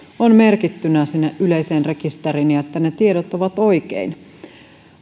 ovat merkittyinä sinne yleiseen rekisteriin ja että ne tiedot ovat oikein